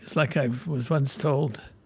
like i was once told,